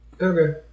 Okay